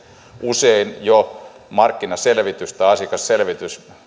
usein jo markkinaselvitys tai asiakasselvitys syö